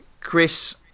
Chris